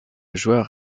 joueur